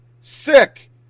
Sick